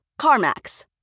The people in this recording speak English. CarMax